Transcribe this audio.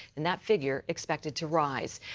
and that figure expected to rise.